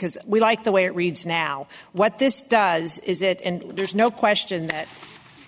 because we like the way it reads now what this does is it and there's no question that